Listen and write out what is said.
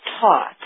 taught